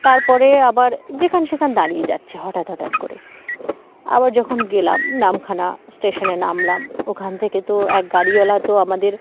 তার পরে আবার যেখানে সেখানে দাঁড়িয়ে যাচ্ছে হঠাৎ হঠাৎ করে আবার যখন গেলাম নামখানা স্টেশনে নামলাম ওখান থেকে তো এক গাড়িওয়ালা তো আমাদের